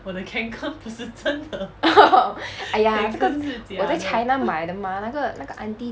!aiya! 这个我在 china 买的吗那个那个 aunty